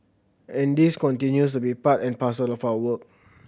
and this continues to be part and parcel of our work